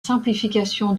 simplification